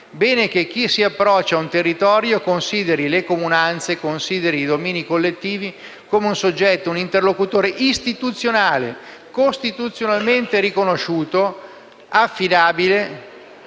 bene che chi si approccia a un territorio consideri le comunanze e i domini collettivi come un interlocutore istituzionale costituzionalmente riconosciuto, affidabile,